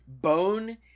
Bone